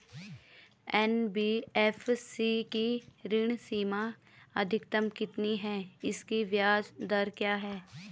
NBFC की ऋण सीमा अधिकतम कितनी है इसकी ब्याज दर क्या है?